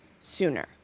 sooner